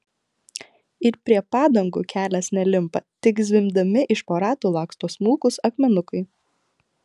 ir prie padangų kelias nelimpa tik zvimbdami iš po ratų laksto smulkūs akmenukai